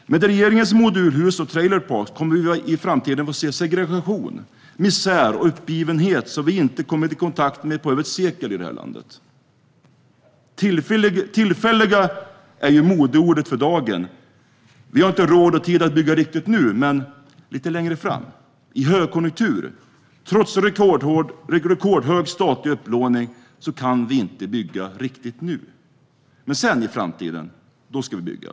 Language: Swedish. Med regeringens modulhus och trailer parks kommer vi i framtiden att få se en segregation, misär och uppgivenhet som vi inte kommit i kontakt med på över ett sekel i det här landet. Tillfälliga är modeordet för dagen. Man säger: Vi har inte råd och tid att bygga riktigt nu, men lite längre fram i högkonjunktur. Trots rekordhög statlig upplåning kan vi inte bygga nu. Men sedan, i framtiden, då ska vi bygga.